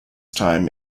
time